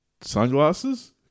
Sunglasses